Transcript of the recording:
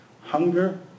Hunger